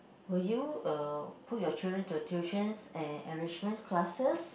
will you uh put your children to tuitions and enrichment classes